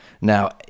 now